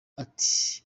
ati